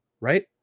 Right